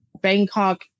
Bangkok